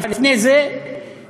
לפני זה שמאלה,